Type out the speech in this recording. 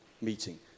meeting